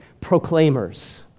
proclaimers